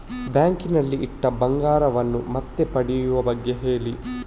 bank ನಲ್ಲಿ ಇಟ್ಟ ಬಂಗಾರವನ್ನು ಮತ್ತೆ ಪಡೆಯುವ ಬಗ್ಗೆ ಹೇಳಿ